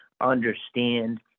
understand